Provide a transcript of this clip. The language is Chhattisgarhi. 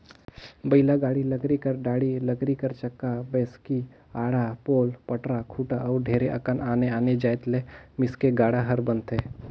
बइला गाड़ा लकरी कर डाड़ी, लकरी कर चक्का, बैसकी, आड़ा, पोल, पटरा, खूटा अउ ढेरे अकन आने आने जाएत ले मिलके गाड़ा हर बनथे